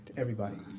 everybody.